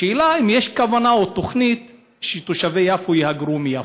השאלה היא אם יש כוונה או תוכנית שתושבי יפו יהגרו מיפו.